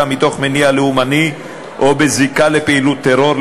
מתוך מניע לאומני או בזיקה לפעילות טרור,